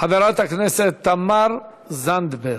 חברת הכנסת תמר זנדברג.